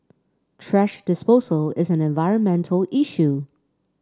thrash disposal is an environmental issue